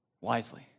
wisely